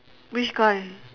which guy